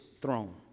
throne